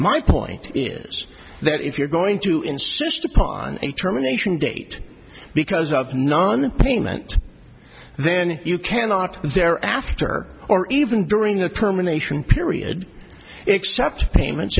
my point is that if you're going to insist upon a terminations date because of non payment then you cannot they're after or even during the terminations period except payments